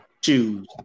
choose